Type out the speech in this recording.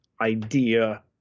idea